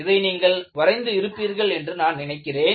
இதை நீங்கள் வரைந்து இருப்பீர்கள் என்று நான் நினைக்கிறேன்